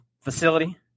facility